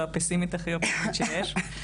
או הפסימית הכי אופטימית שיש.